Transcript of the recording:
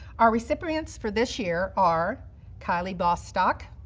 our recipients for this year are kylie bostock,